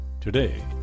Today